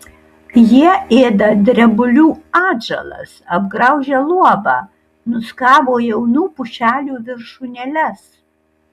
jie ėda drebulių atžalas apgraužia luobą nuskabo jaunų pušelių viršūnėles